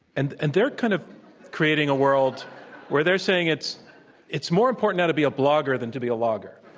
and and they're kind of creating a world where they're saying it's it's more important now to be a blogger than to be a logger,